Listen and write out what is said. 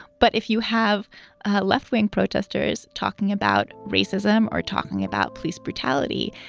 but if you have left wing protesters talking about racism or talking about police brutality,